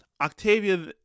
octavia